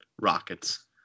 Rockets